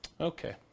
Okay